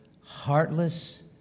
heartless